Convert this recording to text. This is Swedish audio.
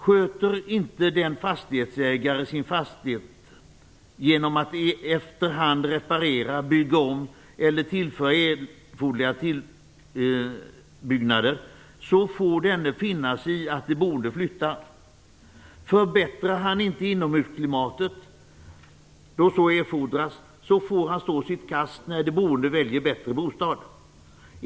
Sköter inte en fastighetsägare sin fastighet genom att efter hand reparera, bygga om eller tillföra erforderliga tillbyggnader så får denne finna sig i att de boende flyttar. Förbättrar han inte inomhusklimatet då så erfordras får han stå sitt eget kast när de boende väljer en bättre bostad.